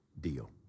deal